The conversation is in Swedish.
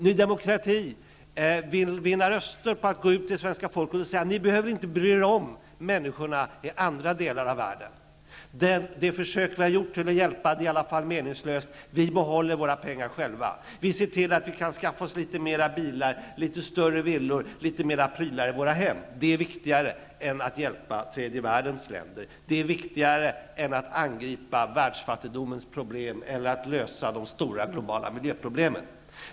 Ny demokrati vill vinna röster på att gå ut till svenska folket och säga: Ni behöver inte bry er om människorna i andra delar av världen. De försök vi har gjort att hjälpa är i alla fall meningslösa. Vi behåller våra pengar själva. Vi ser till att vi kan skaffa oss litet flera bilar, litet större villor och litet mera prylar till våra hem. Det är viktigare än att hjälpa tredje världens länder. Det är viktigare än att angripa världsfattigdomens problem eller att lösa de stora, globala miljöproblemen.